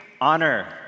honor